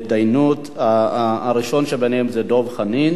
הראשון בהם הוא חבר הכנסת דב חנין.